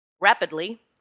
rapidly